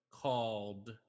called